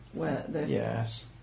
Yes